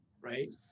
right